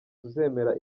tuzemera